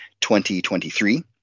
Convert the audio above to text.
2023